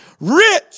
rich